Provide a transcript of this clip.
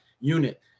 unit